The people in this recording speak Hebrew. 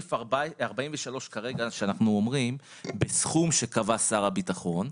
בסעיף 43 כרגע שאנחנו אומרים בסכום שקבע שר הביטחון.